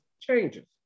changes